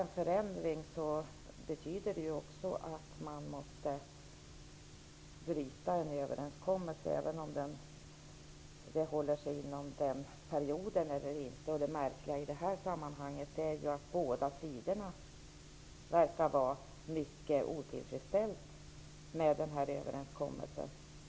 En förändring på denna punkt betyder att man måste bryta överenskommelsen, oavsett om den gäller bara fram till dess eller inte gör det. Det märkliga i detta sammanhang är att båda sidor verkar vara mycket otillfredsställda med den här överenskommelsen.